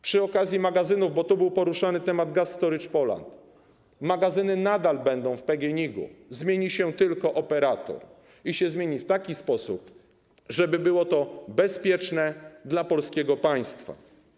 Przy okazji magazynów, bo tu był poruszany temat Gas Storage Poland - magazyny nadal będą w PGNiG-u, zmieni się tylko operator, i zmieni się w taki sposób, żeby było to bezpieczne dla polskiego państwa.